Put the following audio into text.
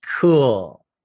cool